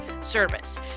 service